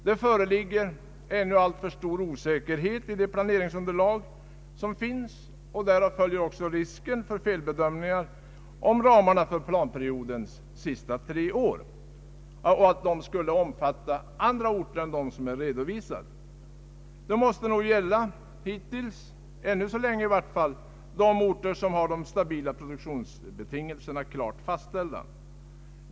Det föreligger ännu alltför stor osäkerhet i planeringsunderlaget och därmed risk för felbedömningar, om ramarna för planperiodens tre sista år skulle omfatta hela landet, d.v.s. även andra orter än dem som är redovisade. Ramarna måste nog tills vidare gälla de orter där kravet på stabila produktionsbetingelser är klarast fastställt.